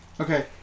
Okay